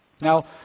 Now